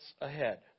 ahead